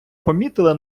помітили